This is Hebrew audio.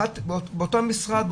אחת באותו משרד,